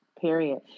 Period